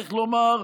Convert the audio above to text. צריך לומר,